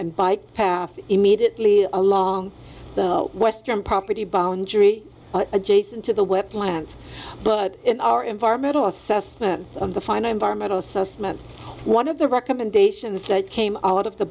and bike path immediately along the western property boundary adjacent to the wetlands but in our environmental assessment of the final environmental assessment one of the recommendations that came out of the